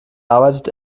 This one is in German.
arbeitet